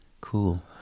Cool